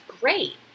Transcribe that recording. great